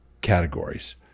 categories